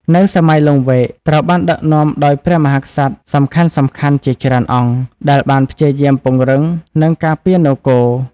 នៅសម័យលង្វែកត្រូវបានដឹកនាំដោយព្រះមហាក្សត្រសំខាន់ៗជាច្រើនអង្គ ដែលបានព្យាយាមពង្រឹង និងការពារនគរ។